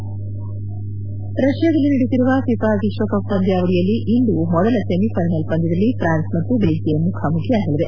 head ರಷ್ಲಾದಲ್ಲಿ ನಡೆಯುತ್ತಿರುವ FIFA world cup ಪಂದ್ಲಾವಳಿಯಲ್ಲಿ ಇಂದು ಮೊದಲ ಸೆಮಿಫೈನಲ್ ಪಂದ್ಲದಲ್ಲಿ ಫ್ರಾನ್ಸ್ ಮತ್ತು ಬೆಲ್ಲಿಯಂ ಮುಖಾಮುಖಿಯಾಗಲಿದೆ